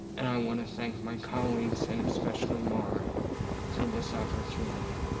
and i want to thank my colleagues and especially mara for this opportunity.